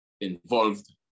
involved